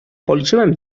policzyłem